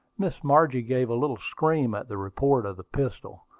miss margie gave a little scream at the report of the pistol.